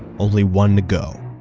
only one to go.